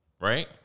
right